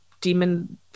demon